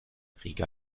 riga